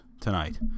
Tonight